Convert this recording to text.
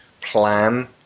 plan